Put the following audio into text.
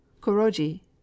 Kuroji